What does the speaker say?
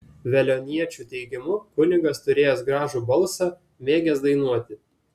veliuoniečių teigimu kunigas turėjęs gražų balsą mėgęs dainuoti